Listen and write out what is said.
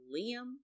Liam